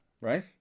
Right